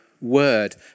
word